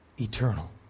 Eternal